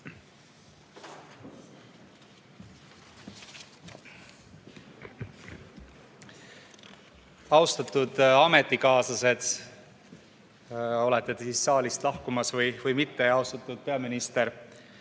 Austatud ametikaaslased, olete te siis saalist lahkumas või mitte? Austatud peaminister!